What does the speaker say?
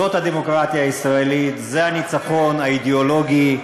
זאת הדמוקרטיה הישראלית, זה הניצחון האידיאולוגי.